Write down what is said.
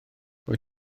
wyt